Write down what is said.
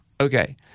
okay